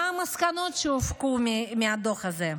מה המסקנות שהופקו מהדוח הזה?